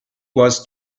was